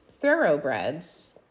thoroughbreds